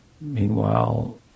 meanwhile